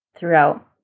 throughout